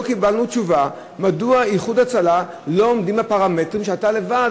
לא קיבלנו תשובה מדוע "איחוד הצלה" לא עומדים בפרמטרים שאתה לבד,